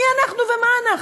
מי אנחנו ומה אנחנו?